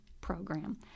program